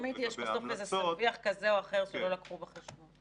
תמיד יש בסוף איזה ספיח כזה או אחר שלא לקחו בחשבון.